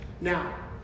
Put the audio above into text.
now